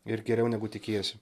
ir geriau negu tikiesi